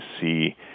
see